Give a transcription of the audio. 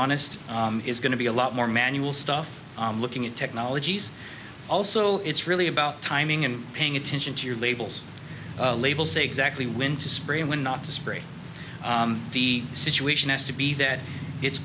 honest is going to be a lot more manual stuff looking at technologies also it's really about timing and paying attention to your labels labels say exactly when to spray and when not to spray the situation has to be that